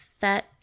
Fat